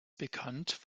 bekannt